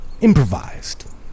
improvised